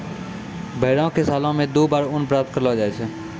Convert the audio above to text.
भेड़ो से सालो मे दु बार ऊन प्राप्त करलो जाय छै